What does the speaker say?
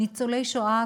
ניצולי שואה,